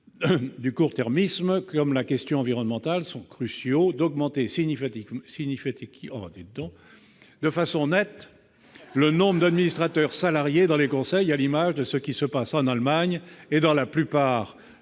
que des enjeux comme la question environnementale sont cruciaux, d'augmenter de façon nette le nombre d'administrateurs salariés dans les conseils, à l'instar de ce qui se pratique en Allemagne et dans la plupart